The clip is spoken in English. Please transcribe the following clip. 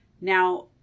now